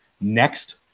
next